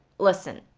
listen,